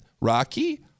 Rocky